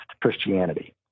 Christianity